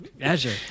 Azure